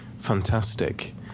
Fantastic